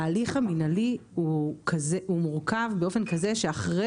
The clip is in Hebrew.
ההליך המנהלי הוא מורכב באופן כזה שאחרי